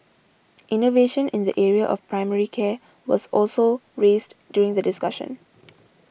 innovation in the area of primary care was also raised during the discussion